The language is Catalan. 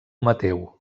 mateu